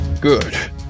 Good